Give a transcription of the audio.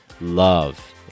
love